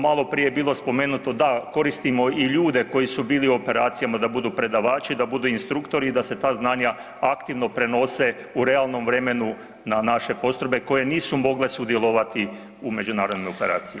Maloprije je bilo spomenuto, da, koristimo i ljude koji su bili u operacijama da budu predavači, da budu instruktori i da se ta znanja aktivno prenose u realnom vremenu na naše postrojbe koje nisu mogle sudjelovati u međunarodnoj operaciji.